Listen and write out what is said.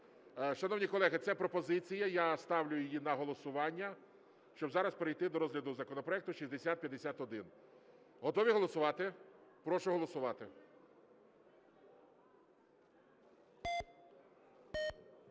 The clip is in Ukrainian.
Шановні колеги, це пропозиція, я ставлю її на голосування, щоб зараз перейти до розгляду законопроекту 6051. Готові голосувати? Прошу голосувати.